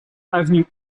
avenue